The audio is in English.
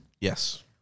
yes